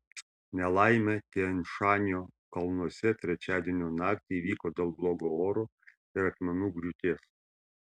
nelaimė tian šanio kalnuose trečiadienio naktį įvyko dėl blogo oro ir akmenų griūties